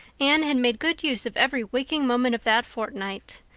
anne had made good use of every waking moment of that fortnight.